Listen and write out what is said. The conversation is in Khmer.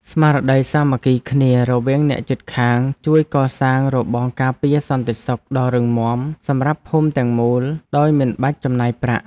ស្មារតីសាមគ្គីគ្នារវាងអ្នកជិតខាងជួយកសាងរបងការពារសន្តិសុខដ៏រឹងមាំសម្រាប់ភូមិទាំងមូលដោយមិនបាច់ចំណាយប្រាក់។